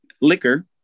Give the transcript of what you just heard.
Liquor